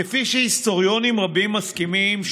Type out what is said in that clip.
כפי שהיסטוריונים רבים מסכימים,